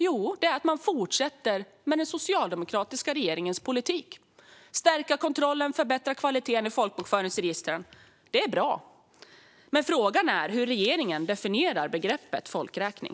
Jo, det är att fortsätta med den socialdemokratiska regeringens politik för att stärka kontrollen och förbättra kvaliteten i folkbokföringsregistren. Det är bra. Men frågan är hur regeringen definierar begreppet folkräkning.